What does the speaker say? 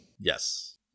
Yes